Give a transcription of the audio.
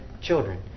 children